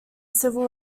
civil